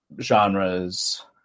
genres